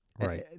right